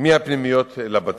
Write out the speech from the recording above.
מהפנימיות לבתים.